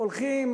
הולכים,